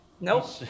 Nope